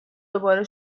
دوباره